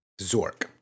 Zork